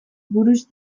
buruz